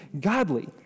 godly